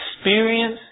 experience